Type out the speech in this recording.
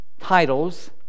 titles